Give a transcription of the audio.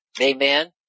Amen